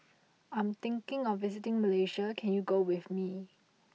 I am thinking of visiting Malaysia can you go with me